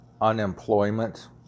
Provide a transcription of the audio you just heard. unemployment